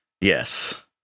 Yes